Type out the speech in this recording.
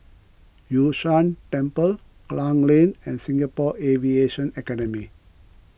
Yun Shan Temple Klang Lane and Singapore Aviation Academy